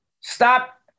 Stop